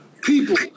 people